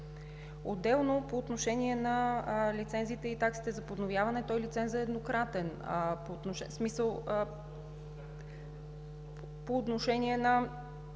договор. По отношение на лицензите и таксите за подновяване – лицензът е еднократен,